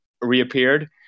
reappeared